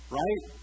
right